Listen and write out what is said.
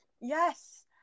Yes